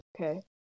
okay